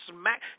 smack